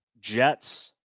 Jets